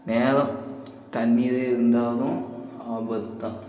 நேரம் தண்ணியிலேயே இருந்தாலும் ஆபத்து தான்